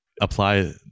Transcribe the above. apply